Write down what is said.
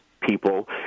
people